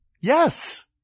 Yes